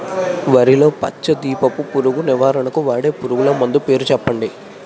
వరిలో పచ్చ దీపపు పురుగు నివారణకు వాడే పురుగుమందు పేరు చెప్పండి?